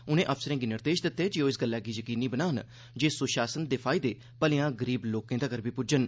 उनें अफसरें गी निर्देश दित्ते जे ओह् इस गल्लै गी यकीनी बनान जे सुशासन दे फायदे भलेआं गरीब लोकें तक्कर बी पुज्जन